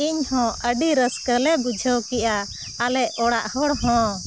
ᱤᱧ ᱦᱚᱸ ᱟᱹᱰᱤ ᱨᱟᱹᱥᱠᱟᱹᱞᱮ ᱵᱩᱡᱷᱟᱹᱣ ᱠᱮᱜᱼᱟ ᱟᱞᱮ ᱚᱲᱟᱜ ᱦᱚᱲ ᱦᱚᱸ